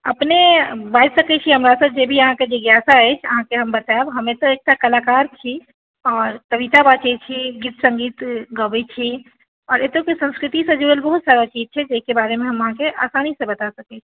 अपने बाजि सकै छी हमरासँ जे भी अहाँके जिज्ञासा अछि अहाँकेँ हम बतायब हम एतय एकटा कलाकार छी आओर कविता वाचैत छी गीत संगीत गाबै छी आओर एतयके संस्कृतिसँ जुड़ल बहुत सारा चीज छै जाहिके बारेमे हम अहाँके आसानीसँ बता सकै छी